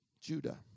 Judah